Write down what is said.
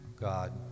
God